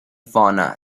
fauna